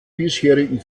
bisherigen